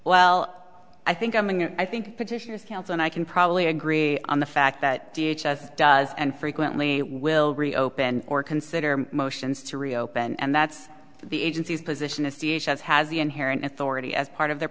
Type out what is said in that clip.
well i think i'm going i think petitioners counts and i can probably agree on the fact that the h s does and frequently will reopen or consider motions to reopen and that's the agency's position is d h has has the inherent authority as part of their